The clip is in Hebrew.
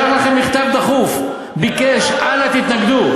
הוא שלח לכם מכתב דחוף, ביקש: אל נא, תתנגדו.